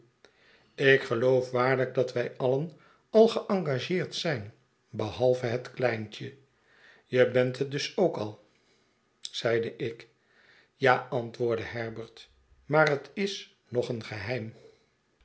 ik geloof waarlijk dat wij alien al geengageerd zijn behalve het kleintje je bent het dus ook al zeide ik ja antwoordde herbert maar het is nog een geheim